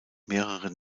mehrere